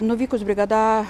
nuvykus brigada